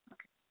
Okay